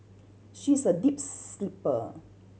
she's a deep sleeper